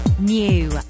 New